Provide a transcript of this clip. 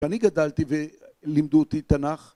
אני גדלתי ולימדו אותי תנ״ך